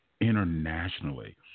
internationally